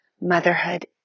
motherhood